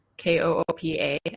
K-O-O-P-A